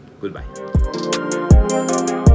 Goodbye